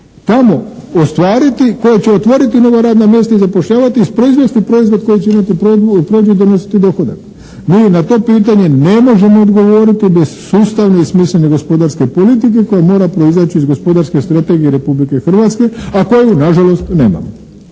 tamo ostvariti koje će otvoriti nova radna mjesta i zapošljavati, proizvesti proizvod koji će imati prođu i donositi dohodak. Mi na to pitanje ne možemo odgovoriti bez sustavne i smislene gospodarske politike koja mora proizaći iz gospodarske strategije Republike Hrvatske a koju na žalost nemamo.